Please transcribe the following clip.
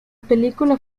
película